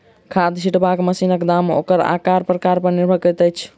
खाद छिटबाक मशीनक दाम ओकर आकार प्रकार पर निर्भर करैत अछि